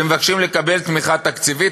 שמבקשים לקבל תמיכה תקציבית.